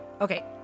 Okay